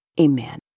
Amen